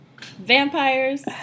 Vampires